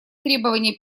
требования